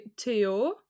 Theo